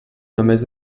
només